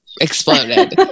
exploded